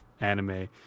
anime